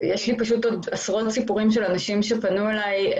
יש לי עשרות סיפורים של אנשים שפנו אלי,